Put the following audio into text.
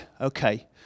okay